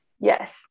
yes